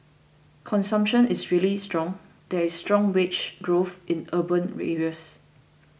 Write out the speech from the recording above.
consumption is really strong there is strong wage growth in urban areas